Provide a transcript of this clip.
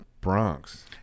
Bronx